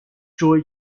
joy